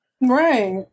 Right